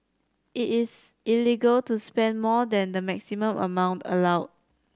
it is illegal to spend more than the maximum amount allowed